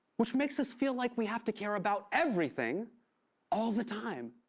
which makes us feel like we have to care about everything all the time.